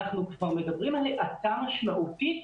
אנחנו כבר מדברים על האטה משמעותית